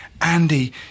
Andy